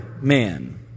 man